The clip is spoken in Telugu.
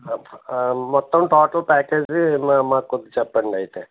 మొత్తం టోటల్ ప్యాకేజీ మా మాకు కొంచెం చెప్పండి అయితే